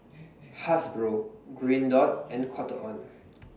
Hasbro Green Dot and Cotton on